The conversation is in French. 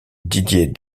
didier